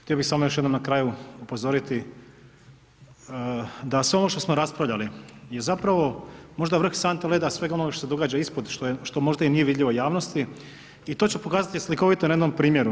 Htio bi još samo jednom na kraju upozoriti da sve ovo što smo raspravljali je zapravo možda vrh sante leda svega ono što se događa ispod, što možda i nije vidljivo javnosti i to ću pokazati slikovito na jednom primjeru.